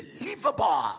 unbelievable